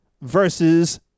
versus